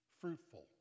fruitful